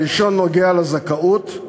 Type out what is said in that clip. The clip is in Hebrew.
הראשון נוגע לזכאות,